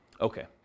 Okay